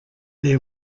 des